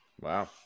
Wow